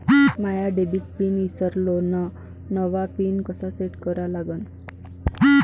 माया debit PIN ईसरलो, नवा PIN कसा सेट करा लागन?